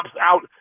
out